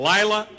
Lila